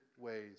ways